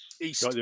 East